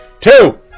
Two